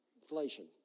Inflation